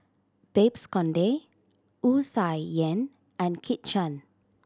Babes Conde Wu Tsai Yen and Kit Chan